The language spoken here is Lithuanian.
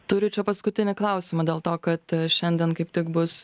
turiu čia paskutinį klausimą dėl to kad šiandien kaip tik bus